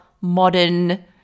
modern